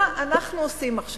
מה אנחנו עושים עכשיו?